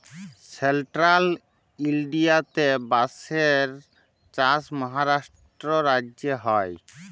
central ইলডিয়াতে বাঁশের চাষ মহারাষ্ট্র রাজ্যে হ্যয়